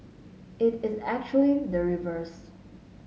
it is actually the reverse